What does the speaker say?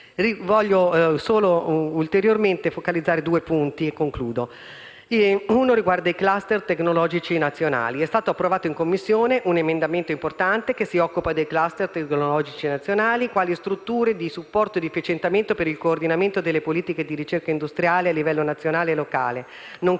Desidero ulteriormente focalizzare due punti e concludo. Il primo riguarda i *cluster* tecnologici nazionali. È stato approvato in Commissione un emendamento importante, che si occupa dei *cluster* tecnologici nazionali, quali strutture di supporto e di efficientamento per il coordinamento delle politiche di ricerca industriale a livello nazionale e locale,